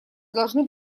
должны